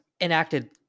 enacted